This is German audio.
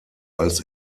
als